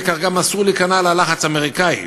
וכך גם אסור להיכנע ללחץ האמריקני,